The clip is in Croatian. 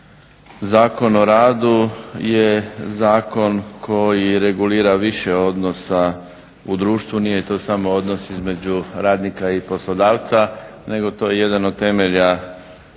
Zakon o radu je zakon koji regulira više odnosa u društvu, nije to samo odnos između radnika i poslodavca nego to je jedan od temelja